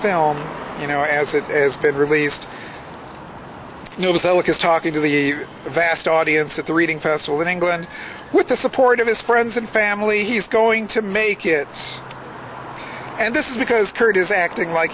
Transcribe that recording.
film you know as it has been released you know so it is talking to the vast audience at the reading festival in england with the support of his friends and family he's going to make it and this is because kurt is acting like